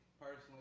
Personally